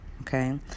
okay